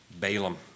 Balaam